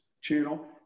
channel